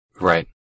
Right